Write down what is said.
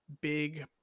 big